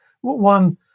One